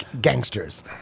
gangsters